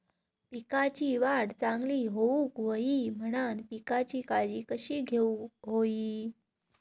पिकाची वाढ चांगली होऊक होई म्हणान पिकाची काळजी कशी घेऊक होई?